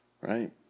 right